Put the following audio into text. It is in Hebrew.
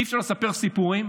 אי-אפשר לספר סיפורים